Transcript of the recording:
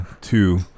two